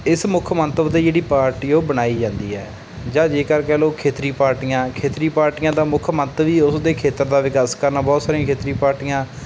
ਇਸ ਮੁੱਖ ਮੰਤਵ ਦੀ ਜਿਹੜੀ ਪਾਰਟੀ ਹੈ ਉਹ ਬਣਾਈ ਜਾਂਦੀ ਹੈ ਜਾਂ ਜੇਕਰ ਕਹਿ ਲਓ ਖੇਤਰੀ ਪਾਰਟੀਆਂ ਖੇਤਰੀ ਪਾਰਟੀਆਂ ਦਾ ਮੁੱਖ ਮੰਤਵ ਹੀ ਉਸ ਦੇ ਖੇਤਰ ਦਾ ਵਿਕਾਸ ਕਰਨਾ ਬਹੁਤ ਸਾਰੀਆਂ ਖੇਤਰੀ ਪਾਰਟੀਆਂ